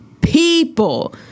People